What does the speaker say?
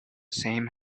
same